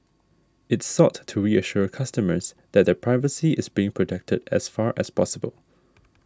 it sought to reassure customers that their privacy is being protected as far as possible